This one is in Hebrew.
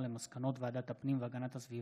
על מסקנות ועדת הכלכלה בעקבות